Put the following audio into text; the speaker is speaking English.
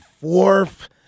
fourth